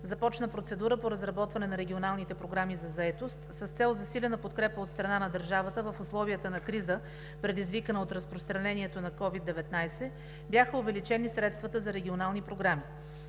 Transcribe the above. започна процедура по разработване на регионалните програми за заетост с цел засилена подкрепа от страна на държавата в условията на криза, предизвикана от разпространението на COVID-19, бяха увеличени средствата за регионални програми.